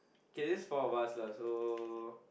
okay it is just four months lah so